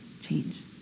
change